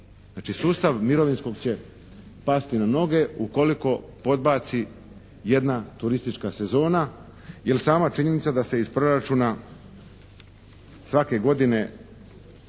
Znači sustav mirovinskog će pasti na noge ukoliko podbaci jedna turistička sezona. Jer sama činjenica da se iz proračuna svake godine